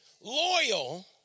Loyal